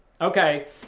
Okay